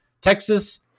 Texas